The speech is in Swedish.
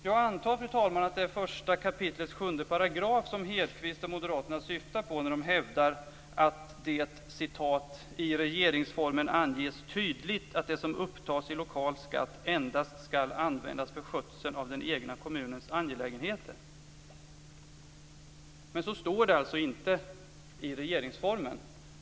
Jag antar, fru talman, att det är 1 kap. 7 § som Hedquist och moderaterna syftar på när de hävdar att det "i regeringsformen anges tydligt att det som upptas i lokal skatt endast skall användas för skötseln av den egna kommunens angelägenheter." Men så står det alltså inte i regeringsformen.